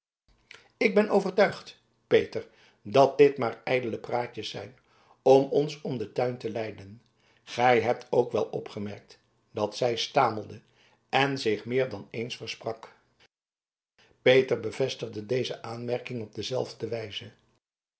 ik ben overtuigd peter dat dit maar ijdele praatjes zijn om ons om den tuin te leiden gij hebt ook wel opgemerkt dat zij stamelde en zich meer dan eens versprak peter bevestigde deze aanmerking op dezelfde wijze